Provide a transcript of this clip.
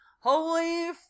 Holy